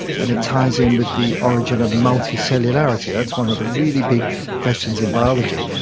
and it ties in with the origin of multicellularity. that's one of the really big questions in biology.